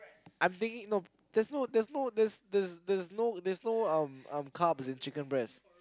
I'm thinking no there's no there's no there's there's there's no there's no um um carbs in chicken breast